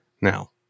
now